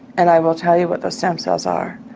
and i will tell you what those stem cells are.